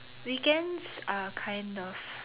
weekends are kind of